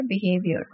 behavior